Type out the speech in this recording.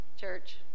church